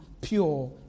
pure